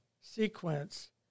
sequence